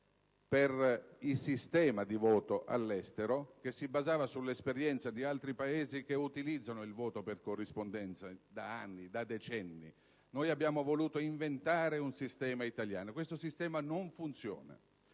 per il sistema di voto all'estero che si basavano sull'esperienza di altri Paesi che utilizzano il voto per corrispondenza da anni, da decenni. Noi abbiamo voluto inventare un sistema italiano: questo sistema non funziona.